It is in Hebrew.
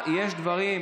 זאת זכותי.